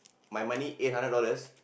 my money eight hundred dollars